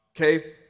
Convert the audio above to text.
Okay